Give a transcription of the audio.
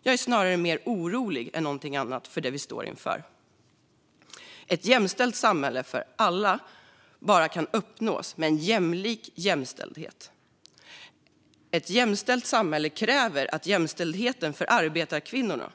Mer än något annat är jag snarare orolig för det vi står inför. Ett jämställt samhälle för alla kan bara uppnås genom en jämlik jämställdhet. Ett jämställt samhälle kräver att jämställdheten för arbetarkvinnorna,